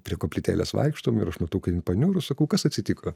prie koplytėlės vaikštom ir aš matau kad jin paniūrus sakau kas atsitiko